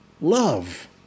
love